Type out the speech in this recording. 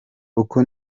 uko